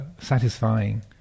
satisfying